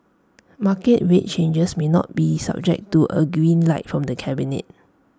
market rate changes may not be subject to A green light from the cabinet